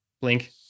blink